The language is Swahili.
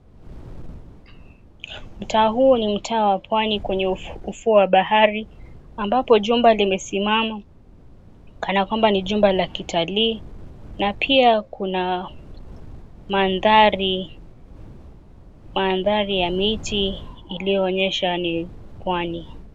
Mtaa huu ni mtaa wa pwani kwenye ufuo wa bahari ambapo jumba limesimama kana kwamba ni jumba la kitalii na pia kuna maadhari ya miti iliyoonyesha ni pwani.